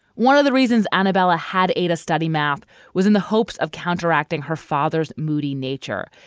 one of the reasons anabella had ada study math was in the hopes of counteracting her father's moody nature,